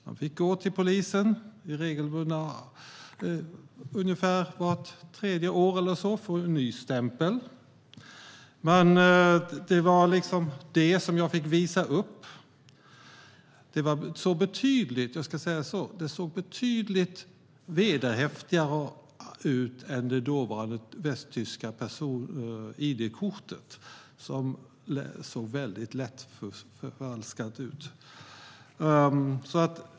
Man fick gå till polisen med regelbundna mellanrum, ungefär vart tredje år, för att få en ny stämpel. Det var passet som jag fick visa upp. Det såg betydligt mer vederhäftigt ut än det dåvarande västtyska id-kortet, som såg ut att vara väldigt lätt att förfalska.